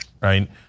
right